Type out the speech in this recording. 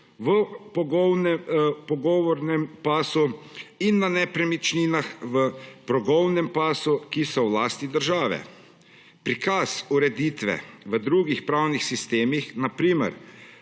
v progovnem pasu in na nepremičninah v progovnem pasu, ki so v lasti države. Prikaz ureditve v drugih pravnih sistemih, na primer